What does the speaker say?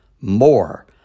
more